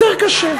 יותר קשה.